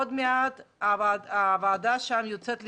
עוד מעט הוועדה שם יוצאת לסיור.